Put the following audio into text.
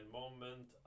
moment